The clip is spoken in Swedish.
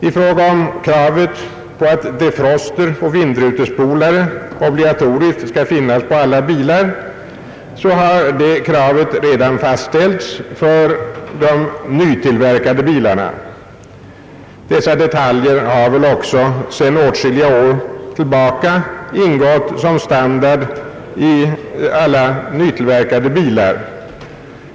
I fråga om kravet på att defroster och vindrutespolare obligatoriskt skall finnas på alla bilar må nämnas, att det numera gäller för alla nytillverkade bilar. Dessa detaljer har väl också sedan åtskilliga år ingått som standard i nytillverkade bilar.